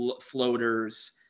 floaters